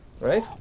right